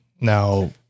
Now